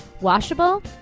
Washable